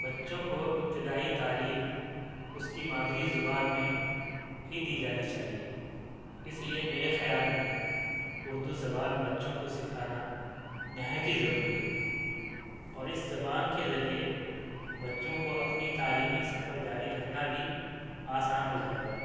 بچوں کو ابتدائی تعلیم اس کی مادری زبان میں ہی دی جانی چاہیے اس لیے میرے خیال میں اردو زبان بچوں کو سکھانا نہایت ہی ضروری ہے اور اس زبان کے ذریعے بچوں کو اپنی تعلیمی سفر جاری رکھنا بھی آسان ہو جائے گا